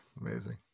Amazing